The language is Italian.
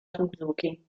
suzuki